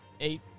Eight